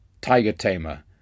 tiger-tamer